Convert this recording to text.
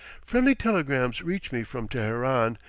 friendly telegrams reach me from teheran,